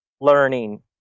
learning